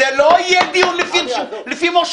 זה לא יהיה דיון לפי מושבים.